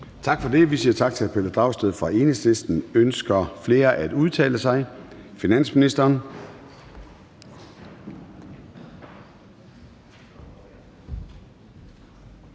Tak for det. Vi siger tak til hr. Pelle Dragsted fra Enhedslisten. Ønsker flere at udtale sig? Finansministeren,